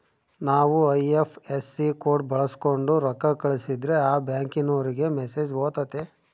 ನಾವು IFSC code ಬಳಕ್ಸೋಂಡು ರೊಕ್ಕ ಕಳಸಿದ್ರೆ ಆ ಬ್ಯಾಂಕಿನೋರಿಗೆ ಮೆಸೇಜ್ ಹೊತತೆ